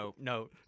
No